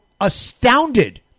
astounded